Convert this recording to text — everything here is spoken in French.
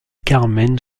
carmen